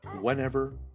whenever